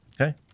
Okay